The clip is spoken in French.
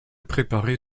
préparé